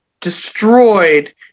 destroyed